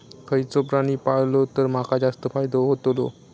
खयचो प्राणी पाळलो तर माका जास्त फायदो होतोलो?